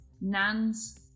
nans